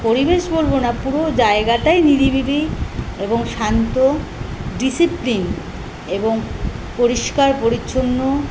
পরিবেশ বলবো না পুরো জায়গাটাই নিরিবিলি এবং শান্ত ডিসিপ্লিনড এবং পরিষ্কার পরিচ্ছন্ন